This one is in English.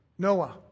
Noah